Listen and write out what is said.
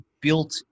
built